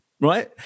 right